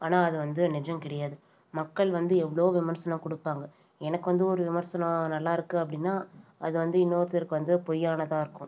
ஆனால் அது வந்து நிஜம் கிடையாது மக்கள் வந்து எவ்வளோ விமர்சனம் கொடுப்பாங்க எனக்கு வந்து ஒரு விமர்சனம் நல்லாயிருக்கு அப்படின்னா அது வந்து இன்னொருத்தருக்கு வந்து பொய்யானதாக இருக்கும்